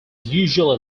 usually